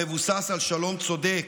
המבוסס על שלום צודק,